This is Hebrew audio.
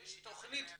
האם יש תכנית כזאת?